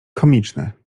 komiczne